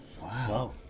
Wow